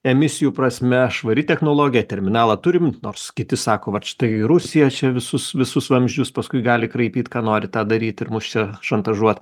emisijų prasme švari technologija terminalą turim nors kiti sako vat štai rusija čia visus visus vamzdžius paskui gali kraipyt ką nori tą daryt ir mus čia šantažuot